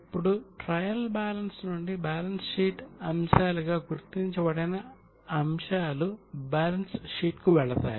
ఇప్పుడు trial balance నుండి balance sheet అంశాలుగా గుర్తించబడిన అంశాలు బ్యాలెన్స్ షీట్కు తీసుకువెళతాయి